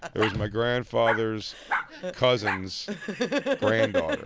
it was my grandfather's cousin's granddaughter.